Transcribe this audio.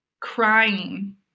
crying